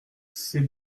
c’est